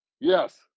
Yes